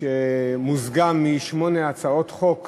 שמוזגה משמונה הצעות חוק